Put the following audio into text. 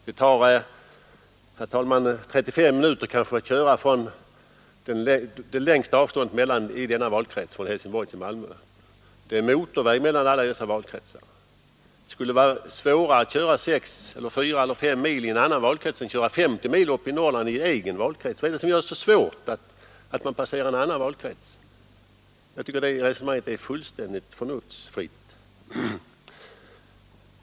Det tar 35 minuter att färdas det längsta avståndet i denna valkrets, dvs. mellan Helsingborg och Malmö — det går motorvägar mellan städerna i valkretsen. Skulle det vara svårare att köra 4 å 6 mil i denna valkrets än att köra 50 mil i en valkrets i Norrland? Vad är det som gör det så svårt att passera en annan valkrets? Jag tycker att det här resonemanget är fullständigt förnuftsfritt.